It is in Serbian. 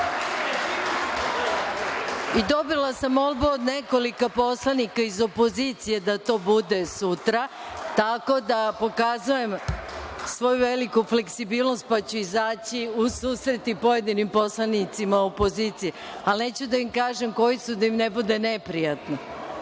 časova. Dobila sam molbu od nekoliko poslanika iz opozicije da to bude sutra, tako da pokazujem svoju veliku fleksibilnost pa ću izaći u susret i pojedinim poslanicima opozicije, ali neću reći koji su da im ne bude